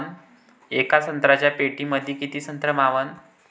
येका संत्र्याच्या पेटीमंदी किती संत्र मावन?